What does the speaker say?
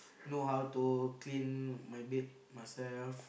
know how to clean my bed myself